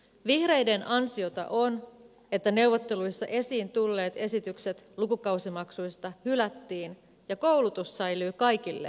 vihreiden ansiota on että neuvotteluissa esiin tulleet esitykset lukukausimaksuista hylättiin ja koulutus säilyy kaikille maksuttomana